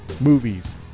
movies